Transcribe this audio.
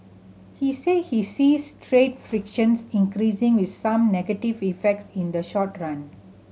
he said he sees trade frictions increasing with some negative effects in the short run